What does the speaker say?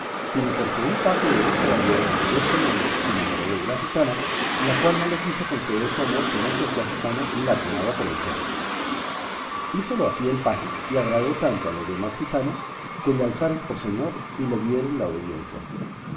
sino porque un paje de un caballero deste nombre se enamoró de una gitana la cual no le quiso conceder su amor si no se hacía gitano y la tomaba por mujer hízolo así el paje y agradó tanto a los demás gitanos que le alzaron por señor y le dieron la obediencia